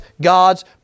God's